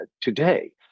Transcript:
today